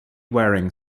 waring